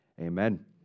amen